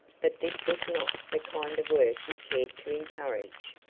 but this was not the kind of work he cared to encourage.